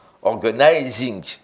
organizing